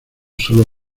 solo